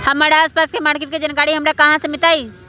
हमर आसपास के मार्किट के जानकारी हमरा कहाँ से मिताई?